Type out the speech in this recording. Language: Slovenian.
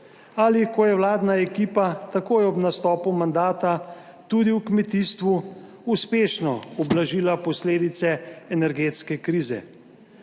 ali ko je vladna ekipa takoj ob nastopu mandata tudi v kmetijstvu uspešno ublažila posledice energetske krize.